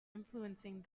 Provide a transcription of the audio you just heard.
influencing